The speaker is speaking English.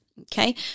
okay